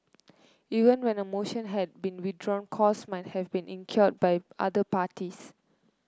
even when a motion had been withdrawn costs might have been incurred by other parties